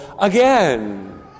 again